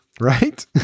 Right